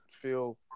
feel